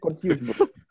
confused